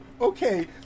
Okay